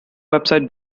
website